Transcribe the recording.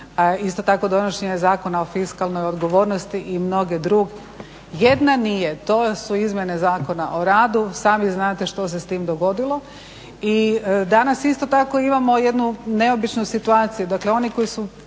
isto tako donošenje Zakona o fiskalnoj odgovornosti i mnoge druge. Jedna nije, to su izmjene Zakona o radu, sami znate što se s tim dogodilo. i danas isto tako imamo jednu neobičnu situaciji,